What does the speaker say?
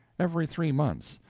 every three months,